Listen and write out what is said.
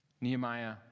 Nehemiah